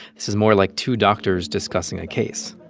this is more like two doctors discussing a case